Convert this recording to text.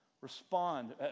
Respond